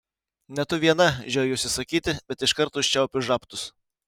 ne tu viena žiojuosi sakyti bet iškart užčiaupiu žabtus